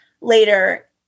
later